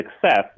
success